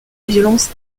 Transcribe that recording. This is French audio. violence